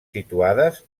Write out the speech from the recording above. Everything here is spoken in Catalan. situades